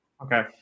Okay